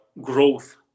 growth